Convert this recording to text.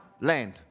land